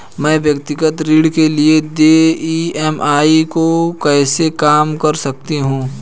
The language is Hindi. मैं व्यक्तिगत ऋण के लिए देय ई.एम.आई को कैसे कम कर सकता हूँ?